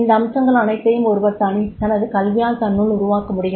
இந்த அம்சங்கள் அனைத்தையும் ஒருவர் தனது கல்வியால் தன்னுள் உருவாக்க முடியும்